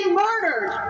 murdered